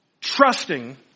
trusting